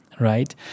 right